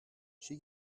she